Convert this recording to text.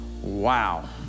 Wow